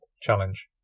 challenge